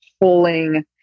pulling